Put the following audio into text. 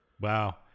Wow